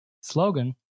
slogan